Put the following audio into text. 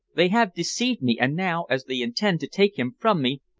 they have deceived me, and now, as they intend to take him from me,